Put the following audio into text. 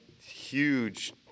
huge